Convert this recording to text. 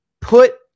Put